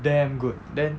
damn good then